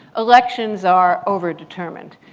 elections are over-determined.